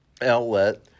outlet